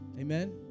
Amen